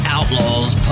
Outlaws